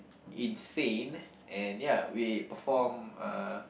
insane and ya we perform uh